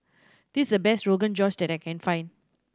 this is the best Rogan Josh that I can find